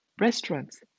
restaurants